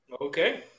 Okay